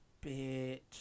bit